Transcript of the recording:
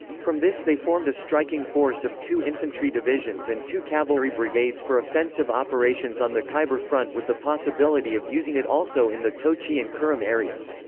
from this they formed a striking force of two infantry divisions and two cavalry brigades for offensive operations on the kyber front with the possibility of using it also in the tochi and kurram areas.